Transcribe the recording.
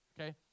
Okay